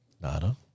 Nada